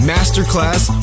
Masterclass